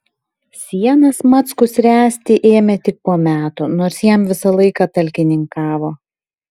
sienas mackus ręsti ėmė tik po metų nors jam visą laiką talkininkavo